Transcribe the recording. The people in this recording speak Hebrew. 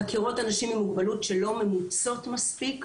חקירות אנשים עם מוגבלים שלא ממוצות מספיק.